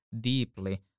deeply